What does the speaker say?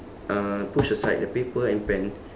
uh push aside the paper and pen